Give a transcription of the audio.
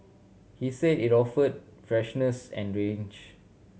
he said it offered freshness and range